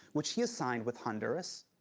which he has signed with honduras,